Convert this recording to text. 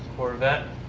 corvette.